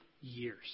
years